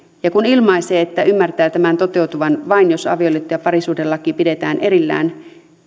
ja kun ilmaisee että ymmärtää tämän toteutuvan vain jos avioliitto ja parisuhdelaki pidetään erillään